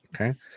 Okay